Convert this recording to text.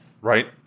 Right